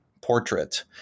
portrait